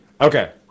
Okay